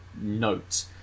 note